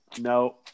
No